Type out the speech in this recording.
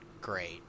great